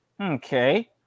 Okay